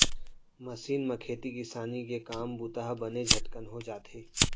machine म खेती किसानी के काम बूता ह बने झटकन हो जाथे